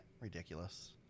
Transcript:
Ridiculous